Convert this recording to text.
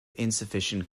insufficient